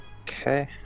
Okay